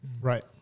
Right